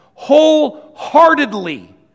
Wholeheartedly